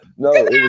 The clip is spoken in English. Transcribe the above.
No